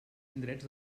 indrets